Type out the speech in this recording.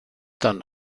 done